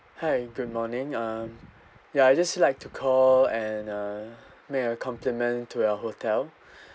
hi good morning uh ya I just like to call and uh make a compliment to your hotel